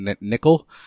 Nickel